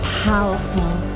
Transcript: powerful